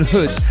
Hood